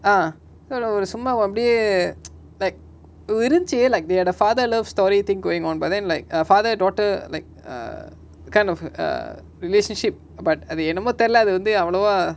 uh எவளோ ஒரு சும்மாவு அப்டியே:evalo oru summavu apdiye like இருந்துச்சி:irunthichu like they are the father love story thing going on but then like father daughter like a kind of a relationship but அது என்னமோ தெரில அது வந்து அவொலவா:athu ennamo therila athu vanthu avolava